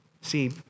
See